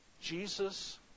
Jesus